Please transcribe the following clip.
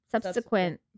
Subsequent